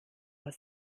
aus